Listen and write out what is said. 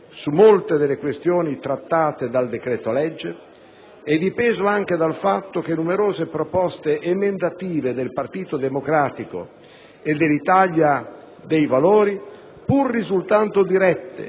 su molte delle questioni trattate dal decreto-legge, è dipeso anche dal fatto che numerose proposte emendative del Partito Democratico e dell'Italia dei Valori, pur risultando dirette